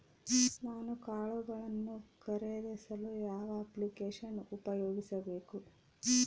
ನಾನು ಕಾಳುಗಳನ್ನು ಖರೇದಿಸಲು ಯಾವ ಅಪ್ಲಿಕೇಶನ್ ಉಪಯೋಗಿಸಬೇಕು?